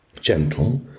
gentle